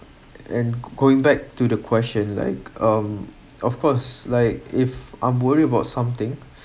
and going back to the question like um of course like if I'm worried about something